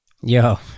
Yo